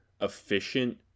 efficient